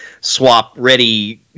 swap-ready